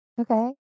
Okay